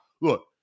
look